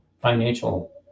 financial